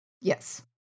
yes